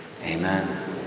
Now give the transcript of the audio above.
Amen